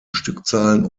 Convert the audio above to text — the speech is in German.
stückzahlen